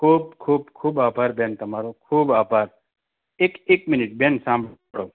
ખૂબ ખૂબ ખૂબ આભાર બેન તમારો ખૂબ આભાર એક એક મિનિટ બેન સાંભળો